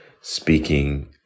speaking